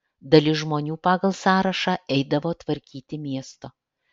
dalis žmonių pagal sąrašą eidavo tvarkyti miesto